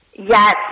Yes